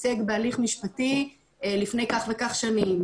האם מישהו שייצג בהליך משפטי לפני כך וכך שנים,